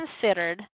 considered